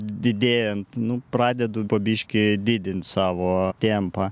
didėjant nu pradedu po biškį didint savo tempą